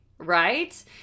right